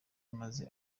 maze